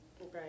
Right